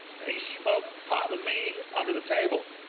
and he smoked pot with me under the table